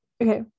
Okay